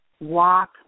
walk